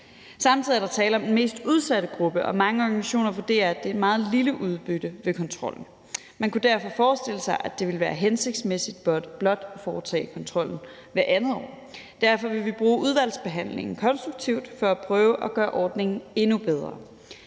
Samtidig er der tale om den mest udsatte gruppe, og mange organisationer vurderer, at der er et meget lille udbytte ved kontrollen. Man kunne derfor forestille sig, at det ville være hensigtsmæssigt blot at foretage kontrollen hvert andet år. Derfor vil vi bruge udvalgsbehandlingen konstruktivt til at prøve at gøre ordningen endnu bedre